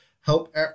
help